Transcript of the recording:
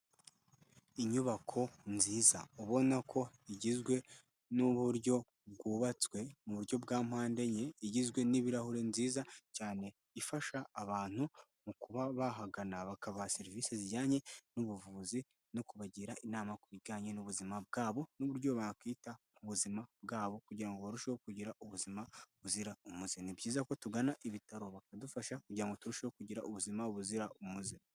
Inyubako nziza ubona ko igizwe n'uburyo bwubatswe mu buryo bwa mpande enye. Igizwe n'ibirahure, nziza cyane, ifasha abantu mu kuba bahagana bakabaha serivise zijyanye n'ubuvuzi no kubagira inama ku bijyanye n'ubuzima bwabo, n'uburyo bakwita ku buzima bwabo kugira ngo barusheho kugira ubuzima buzira umuze. Ni byiza ko tugana Ibitaro bakadufasha kugira ngo turusheho kugira ubuzima buzira umuze.